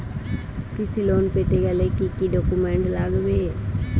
কৃষি লোন পেতে গেলে কি কি ডকুমেন্ট লাগবে?